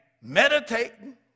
meditating